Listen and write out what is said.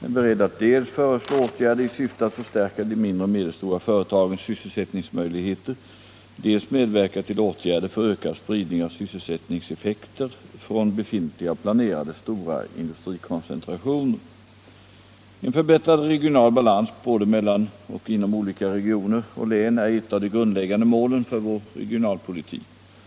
är beredd att dels föreslå åtgärder i syfte att förstärka de mindre och medelstora företagens sysselsättningsmöjligheter, dels medverka till åtgärder för ökad spridning av sysselsättningseffekter från befintliga och planerade stora industrikoncentrationer. En förbättrad regional balans både mellan och inom olika regioner och län är ett av de grundläggande målen för vår regionalpolitik.